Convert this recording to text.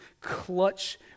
clutch